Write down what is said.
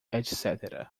etc